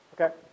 Okay